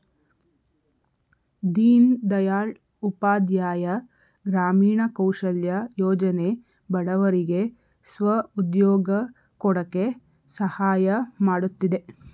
ದೀನ್ ದಯಾಳ್ ಉಪಾಧ್ಯಾಯ ಗ್ರಾಮೀಣ ಕೌಶಲ್ಯ ಯೋಜನೆ ಬಡವರಿಗೆ ಸ್ವ ಉದ್ಯೋಗ ಕೊಡಕೆ ಸಹಾಯ ಮಾಡುತ್ತಿದೆ